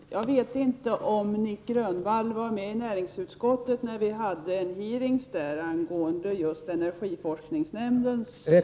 Fru talman! Jag vet inte om Nic Grönvall var med i näringsutskottet när vi hade en hearing om just energiforskningsnämndens arbete.